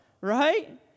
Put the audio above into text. right